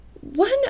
One